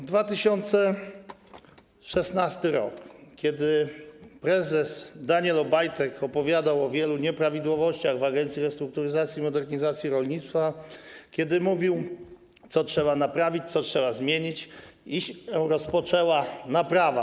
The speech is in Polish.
W 2016 r., kiedy prezes Daniel Obajtek opowiadał o wielu nieprawidłowościach w Agencji Restrukturyzacji i Modernizacji Rolnictwa, kiedy mówił, co trzeba naprawić, co trzeba zmienić, rozpoczęła się wielka naprawa.